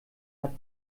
hat